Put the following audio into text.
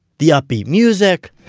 the upbeat music.